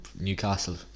Newcastle